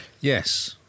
Yes